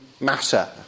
matter